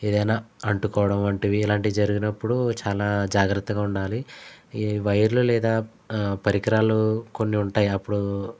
ఏదైనా అడ్డుకోవడం వంటివి ఇలాంటి జరిగినప్పుడు చాలా జాగ్రత్తగా ఉండాలి ఈ వైర్లు లేదా పరికరాలు కొన్ని ఉంటాయి అప్పుడు